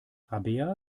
rabea